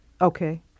Okay